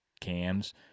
cams